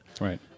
Right